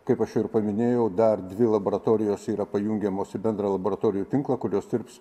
kaip aš ir paminėjau dar dvi laboratorijos yra pajungiamos į bendrą laboratorijų tinklą kurios dirbs